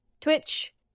Twitch